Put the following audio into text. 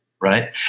right